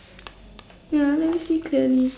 wait ah let me see clearly